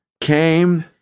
came